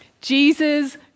jesus